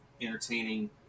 entertaining